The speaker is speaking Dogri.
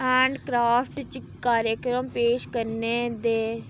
हैंड क्रॉफ्ट च कार्यक्रम पेश करने दे